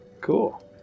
Cool